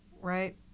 right